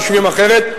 חושבים אחרת,